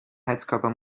heizkörper